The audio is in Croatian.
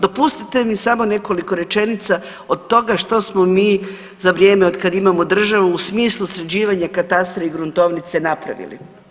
Dopustite mi samo nekoliko rečenica od toga što smo mi za vrijeme otkad imamo državu u smislu sređivanja katastra i gruntovnice napravili.